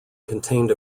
contained